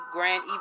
Grand